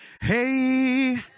Hey